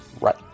Right